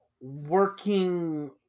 working